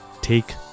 take